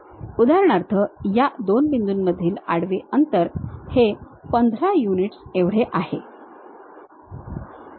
उदाहरणार्थ या 2 बिंदूंमधील आडवे अंतर हे 15 युनिट्स एवढे आहे